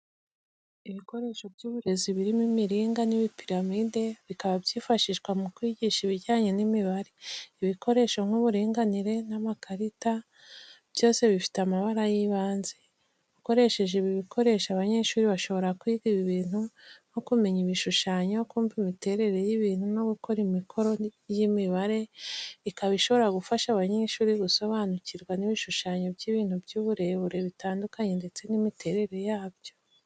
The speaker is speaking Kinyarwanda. Ibikoresho by'uburezi, birimo imiringa, n'ibipiramide, bikaba byifashishwa mu kwigisha ibijyanye n'imibare. Ibikoresho nka nk'uburinganire, n'amakarita, byose bifite amabara y'ibanze. Ukoresheje ibi bikoresho, abanyeshuri bashobora kwiga ibintu nkO kumenya ibishushanyo, kumva imiterere y'ibintu, no gukora imikoro y'imibare ikaba ishobora gufasha abanyeshuri gusobanukirwa n'ibishushanyo by'ibintu by'uburebure bitandukanye ndetse n'imiterere yabyo.